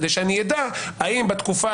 כדי שאני אדע האם בתקופה